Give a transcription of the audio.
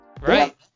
Right